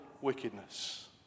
wickedness